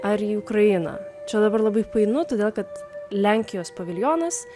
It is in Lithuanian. ar į ukrainą čia dabar labai painu todėl kad lenkijos paviljonas